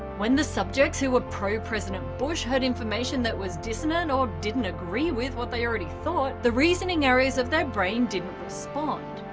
when the subjects who were pro president bush heard information that was dissonant or didn't agree with what they already thought, the reasoning areas of their brain didn't respond,